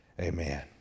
amen